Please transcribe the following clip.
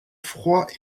froid